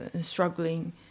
struggling